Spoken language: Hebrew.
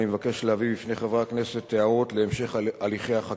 אני מבקש להביא בפני חברי הכנסת הערות להמשך הליכי החקיקה: